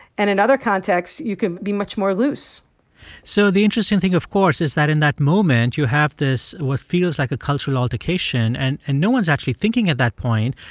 and in other contexts, you can be much more loose so the interesting thing, of course, is that in that moment, you have this what feels like a cultural altercation. and and no one's actually thinking at that point,